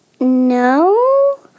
No